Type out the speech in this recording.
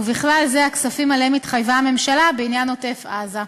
ובכלל זה הכספים שהממשלה התחייבה עליהם בעניין עוטף-עזה.